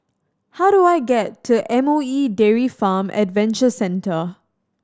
how do I get to M O E Dairy Farm Adventure Centre